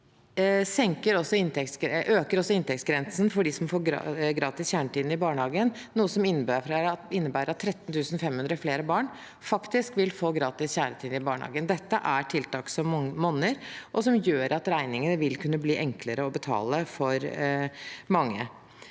øker også inntektsgrensen for dem som får gratis kjernetid i barnehagen, noe som innebærer at 13 500 flere barn faktisk vil få gratis kjernetid i barnehagen. Dette er tiltak som monner, og som gjør at regningene vil kunne bli enklere å betale for mange.